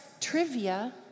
trivia